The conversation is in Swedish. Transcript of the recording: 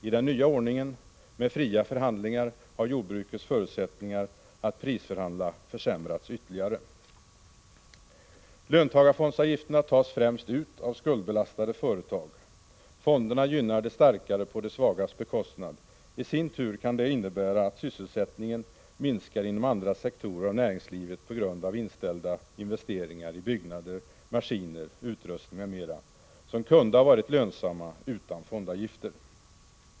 I den nya ordningen med fria förhandlingar har jordbrukets förutsättningar att prisförhandla försämrats ytterligare. Löntagarfondsavgifterna tas främst ut av skuldbelastade företag. Fonderna gynnar de starkare på de svagas bekostnad. I sin tur kan det innebära att sysselsättningen minskar inom andra sektorer av näringslivet på grund av inställda investeringar i byggnader, maskiner, utrustning m.m. som kunde ha varit lönsamma utan fondavgifter.